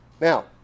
Now